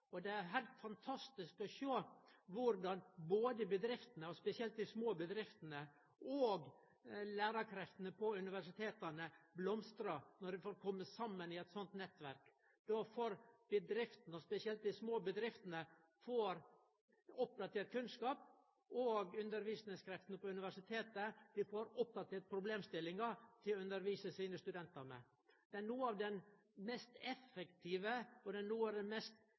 nettverk. Det er heilt fantastisk å sjå korleis både bedriftene, og spesielt dei små bedriftene, og lærarkreftene på universiteta blomstrar når dei får komme saman i eit slikt nettverk. Då får bedriftene, og spesielt dei små bedriftene, oppdatert kunnskap, og undervisingskreftene på universitet får oppdatert problemstillinga til å undervise sine studentar med. Det er noko av den mest effektive, og det er noko av den mest